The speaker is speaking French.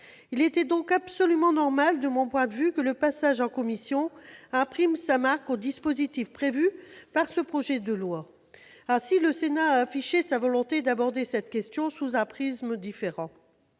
Il était donc absolument normal, de mon point de vue, que le passage en commission imprime sa marque aux dispositifs prévus par ce projet de loi. Ainsi, le Sénat a affiché sa volonté d'aborder cette question sous un prisme différent.